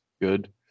good